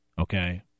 okay